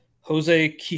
Jose